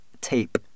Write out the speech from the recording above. tape